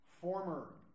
former